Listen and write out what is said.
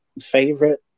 favorite